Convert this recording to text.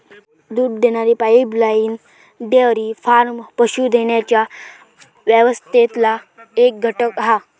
दूध देणारी pipeline dairy farm पशू देण्याच्या व्यवस्थेतला एक घटक हा